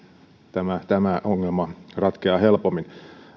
tämä tämä ongelma siis ratkeaa helpommin